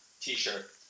t-shirt